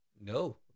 No